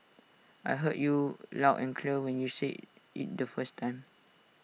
I heard you loud and clear when you said IT the first time